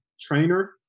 trainer